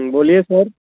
बोलीये sir